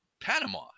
Panama